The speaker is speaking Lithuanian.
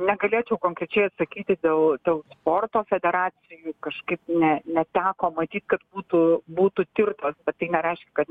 negalėčiau konkrečiai atsakyti dėl dėl sporto federacijų kažkaip ne neteko matyt kad būtų būtų tirtos bet tai nereiškia kad